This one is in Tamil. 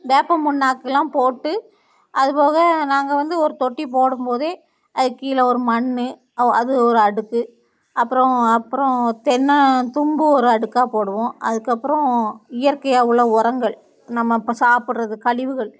வேப்பம் புண்ணாக்கெலாம் போட்டு அதுபோக நாங்கள் வந்து ஒரு தொட்டி போடும் போதே அதுக் கீழே ஒரு மண் அது ஒரு அடுக்கு அப்புறம் அப்புறம் தென்னை தும்பு ஒரு அடுக்காக போடுவோம் அதுக்கப்புறம் இயற்கையாக உள்ள உரங்கள் நம்ம இப்போ சாப்பிட்றது கழிவுகள்